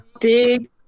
Big